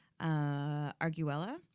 Arguella